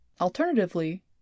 Alternatively